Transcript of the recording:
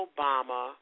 Obama